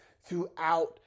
throughout